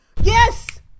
Yes